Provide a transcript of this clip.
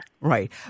Right